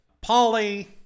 Polly